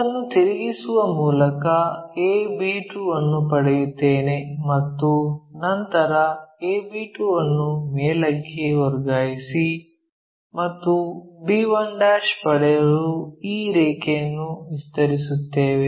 ಅದನ್ನು ತಿರುಗಿಸುವ ಮೂಲಕ a b2 ಅನ್ನು ಪಡೆಯುತ್ತೇನೆ ಮತ್ತು ನಂತರ a b2 ಅನ್ನು ಮೇಲಕ್ಕೆ ವರ್ಗಾಯಿಸಿ ಮತ್ತು b1 ಪಡೆಯಲು ಈ ರೇಖೆಯನ್ನು ವಿಸ್ತರಿಸುತ್ತೇವೆ